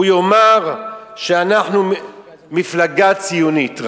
הוא יאמר שאנחנו מפלגה ציונית.